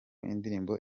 indirimbo